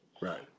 Right